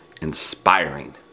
inspiring